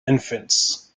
infants